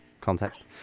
context